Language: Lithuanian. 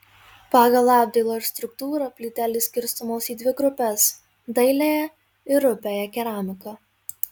pagal apdailą ir struktūrą plytelės skirstomos į dvi grupes dailiąją ir rupiąją keramiką